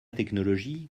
technologie